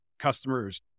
customers